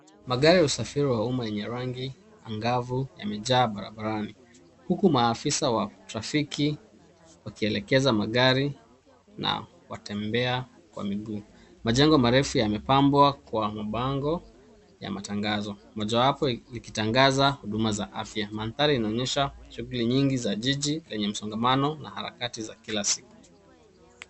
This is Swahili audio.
Magari ya usafiri wa umma yenye rangi angavu yamejaa barabarani huku maafisa wa trafiki wakielekeza magari na Waterbeach kwa miguu. Majengo marefu yamepambwa kwa mabango ya matangazo, mojawapo ikitangaza huduma za afya. Mandhari inaonyesha shughuli nyingi za jiji zenye msongamano na harakati za kila siku.